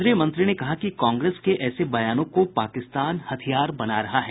श्री प्रसाद ने कहा कि कांग्रेस के ऐसे बयानों को पाकिस्तान हथियार बना रहा है